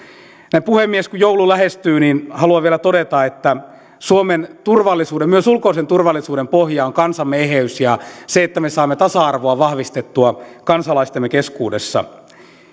puhemies näin kun joulu lähestyy haluan vielä todeta että suomen turvallisuuden myös ulkoisen turvallisuuden pohja on kansamme eheys ja se että me saamme tasa arvoa vahvistettua kansalaistemme keskuudessa